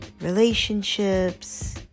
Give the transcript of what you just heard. relationships